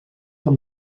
van